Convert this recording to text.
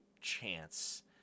chance